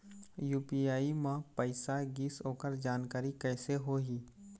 UPI म पैसा गिस ओकर जानकारी कइसे होही?